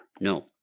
No